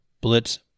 Blitz